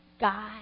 God